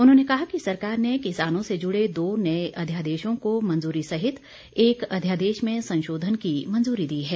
उन्होंने कहा कि सरकार ने किसानों से जुड़े दो नए अध्यादेशों को मंजूरी सहित एक अध्यादेश में संशोधन की मंजूरी दी है